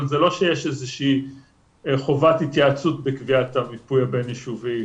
אבל זה לא שיש איזושהי חובת התייעצות בקביעת המיפוי הבין-יישובי